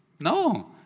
No